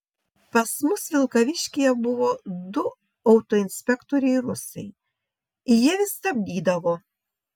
pas mus vilkaviškyje buvo du autoinspektoriai rusai jie vis stabdydavo